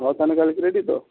ହଉ ତାହାନେ ରେଡ଼ି ତ